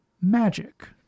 magic